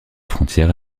frontière